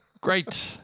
Great